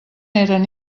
eren